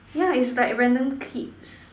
yeah it's like random clips